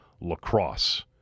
lacrosse